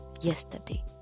yesterday